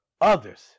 others